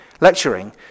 lecturing